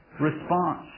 response